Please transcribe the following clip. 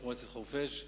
ראש מועצת חורפיש,